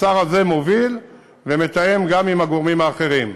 השר הזה מוביל ומתאם גם עם הגורמים האחרים.